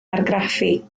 argraffu